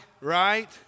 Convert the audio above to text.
right